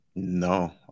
No